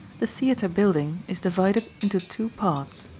the theatre building is divided into two parts,